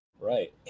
Right